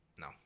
no